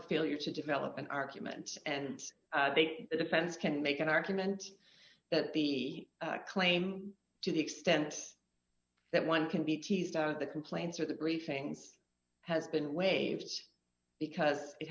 the failure to develop an argument and the defense can make an argument that the claim to the extent that one can be teased out the complaints or the briefings has been waived because it